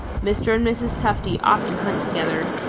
mr. and mrs. tufty often hunt together,